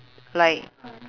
like